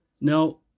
Now